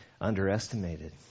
underestimated